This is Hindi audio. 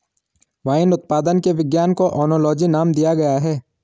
वाइन उत्पादन के विज्ञान को ओनोलॉजी नाम दिया जाता है